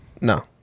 No